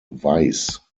weiss